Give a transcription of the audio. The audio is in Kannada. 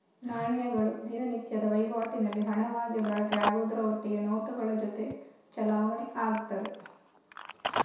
ನಾಣ್ಯಗಳು ದಿನನಿತ್ಯದ ವೈವಾಟಿನಲ್ಲಿ ಹಣವಾಗಿ ಬಳಕೆ ಆಗುದ್ರ ಒಟ್ಟಿಗೆ ನೋಟುಗಳ ಜೊತೆ ಚಲಾವಣೆ ಆಗ್ತದೆ